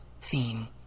theme